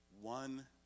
One